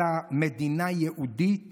אלא מדינה יהודית